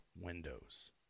windows